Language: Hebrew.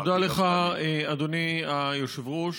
תודה לך, אדוני היושב-ראש.